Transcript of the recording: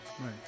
Right